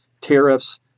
tariffs